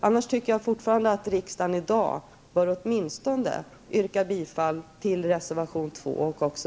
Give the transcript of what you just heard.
Jag tycker fortfarande att riksdagen i dag åtminstone bör bifalla reservation 2.